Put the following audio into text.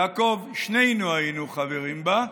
יעקב, שנינו היינו חברים בה.